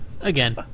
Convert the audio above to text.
Again